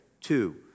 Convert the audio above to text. Two